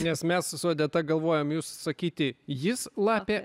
nes mes su odeta galvojam jūs sakyti jis lapė